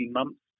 months